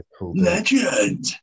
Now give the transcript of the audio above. Legend